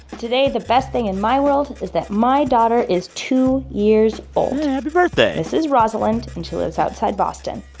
today, the best thing in my world is that my daughter is two years old happy birthday this is rosalind. and she lives outside boston.